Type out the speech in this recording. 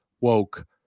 woke